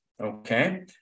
okay